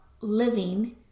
living